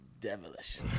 devilish